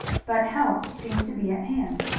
but help seemed to be at hand.